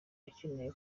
akeneye